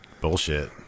bullshit